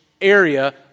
area